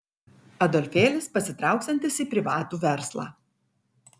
adolfėlis pasitrauksiantis į privatų verslą